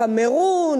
מקמרון,